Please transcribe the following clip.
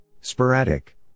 Sporadic